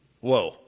whoa